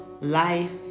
life